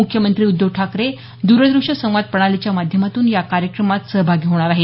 मुख्यमंत्री उद्धव ठाकरे द्रदृष्य संवाद प्रणालीच्या माध्यमातून या कार्यक्रमात सहभागी होणार आहेत